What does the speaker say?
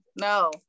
no